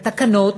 התקנות